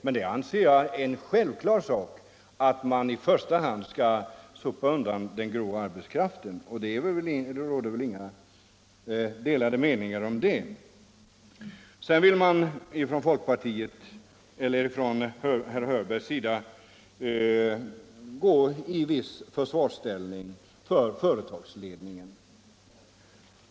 Men jag anser att det är en självklar sak att man i första hand sopar undan den grå arbetskraften — det råder väl inga delade meningar om det. Herr Hörberg försökte försvara företagsledningen.